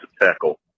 tackle